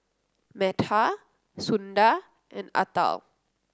Medha Sundar and Atal